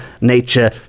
nature